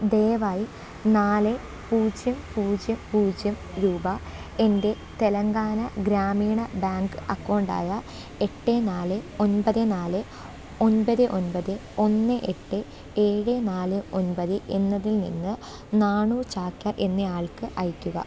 ദയവായി നാല് പൂജ്യം പൂജ്യം പൂജ്യം രൂപ എൻ്റെ തെലങ്കാന ഗ്രാമീണ ബാങ്ക് അക്കൗണ്ടായ എട്ട് നാല് ഒൻപത് നാല് ഒൻപത് ഒൻപത് ഒന്ന് എട്ട് ഏഴ് നാല് ഒൻപത് എന്നതിൽ നിന്ന് നാണു ചാക്യാർ എന്നയാൾക്ക് അയക്കുക